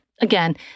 Again